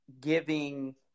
giving